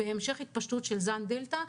והמשך התפשטות של זן הדלתא,